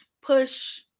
push